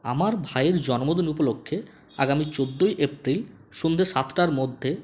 আমার ভাইয়ের জন্মদিন উপলক্ষে আগামী চোদ্দোই এপ্রিল সন্ধে সাতটার মধ্যে